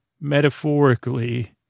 metaphorically